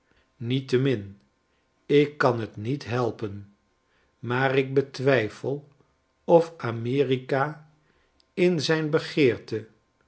niettemin ik kan t niet helpen raaar ik btwijfel of a m e r i k a in zijn begeerte